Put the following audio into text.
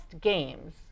games